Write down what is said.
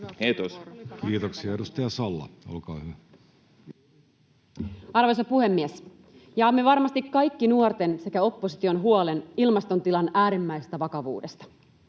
tulevaisuudesta Time: 16:23 Content: Arvoisa puhemies! Jaamme varmasti kaikki nuorten sekä opposition huolen ilmaston tilan äärimmäisestä vakavuudesta.